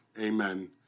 Amen